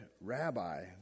Rabbi